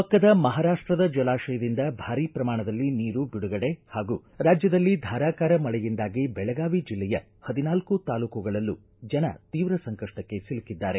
ಪಕ್ಕದ ಮಹಾರಾಷ್ಟದ ಜಲಾಶಯದಿಂದ ಭಾರೀ ಪ್ರಮಾಣದಲ್ಲಿ ನೀರು ಬಿಡುಗಡೆ ಹಾಗೂ ರಾಜ್ಯದಲ್ಲಿ ಧಾರಾಕಾರ ಮಳೆಯಂದಾಗಿ ಬೆಳಗಾವಿ ಜಿಲ್ಲೆಯ ಪದಿನಾಲ್ಕು ತಾಲೂಕುಗಳಲ್ಲೂ ಜನ ತೀವ್ರ ಸಂಕಷ್ಟಕ್ಕೆ ಸಿಲುಕಿದ್ದಾರೆ